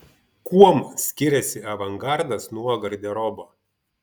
kuom skiriasi avangardas nuo garderobo